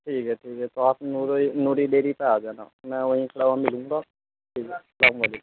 ٹھیک ہے ٹھیک ہے تو آپ نوری نوری ڈیری پہ آ جانا میں وہیں کھڑا ہوا ملوں گا ٹھیک سلام علیکم